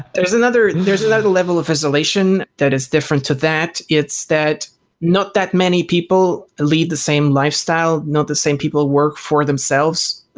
there's another there's another level of isolation that is different to that. it's that not that many people lead the same lifestyle. not the same people work for themselves,